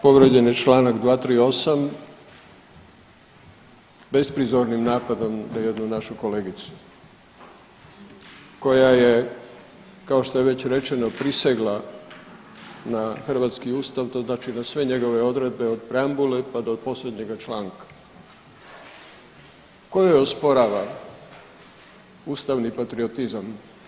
Povrijeđen je čl. 238. besprizornim napadom na jednu našu kolegicu koja je kao što je već rečeno prisegla na hrvatski ustav, to znači na sve njegove odredbe od preambule, pa do posljednjega članka koji osporava ustavni patriotizam.